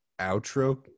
outro